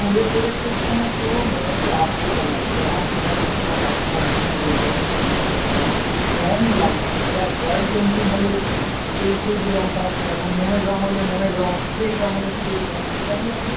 স্কুলের প্রজেক্টের জন্য তো মোটামোটি আট পেপার লাগবে এবার আর্ট পেপার মোটা পাতলা বিভিন্ন রেঞ্জের হয় কালারিংয়ের হয় রঙ লাগবে এবার অয়েল পেন্টিং হলে তেল তেল যে রঙটা হয় সেরকম মোমের রঙ হলে মোমের রঙ স্কেচ রঙ হলে স্কেচ রঙ এরকম লাগবে